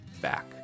back